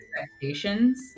Expectations